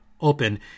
open